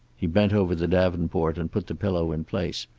he bent over the davenport and put the pillow in place.